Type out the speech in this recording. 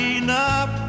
enough